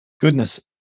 Goodness